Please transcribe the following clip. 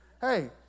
Hey